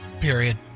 period